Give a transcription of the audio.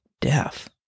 death